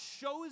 shows